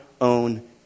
own